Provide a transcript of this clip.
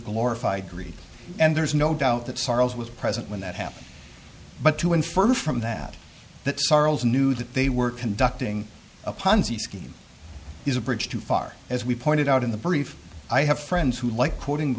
glorify greed and there's no doubt that sorrows was present when that happened but to infer from that that charles knew that they were conducting a ponzi scheme is a bridge too far as we pointed out in the brief i have friends who like quoting